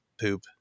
poop